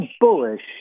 bullish